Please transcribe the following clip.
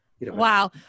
Wow